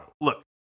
Look